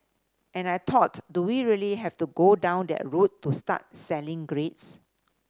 and I thought do we really have to go down that route to start selling grades